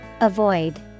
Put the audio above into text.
Avoid